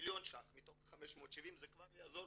מיליון ₪ מתוך ה-570 זה כבר יעזור,